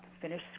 finish